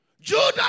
Judah